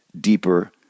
deeper